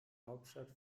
hauptstadt